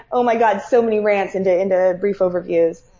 oh my god! so many rants into into brief overviews.